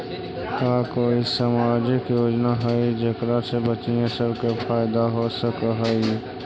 का कोई सामाजिक योजना हई जेकरा से बच्चियाँ सब के फायदा हो सक हई?